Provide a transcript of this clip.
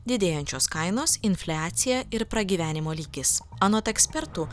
didėjančios kainos infliacija ir pragyvenimo lygis anot ekspertų